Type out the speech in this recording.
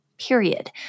period